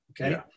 Okay